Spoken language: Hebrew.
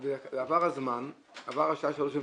ועבר הזמן, עברה השעה שאנשים סוגרים,